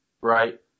right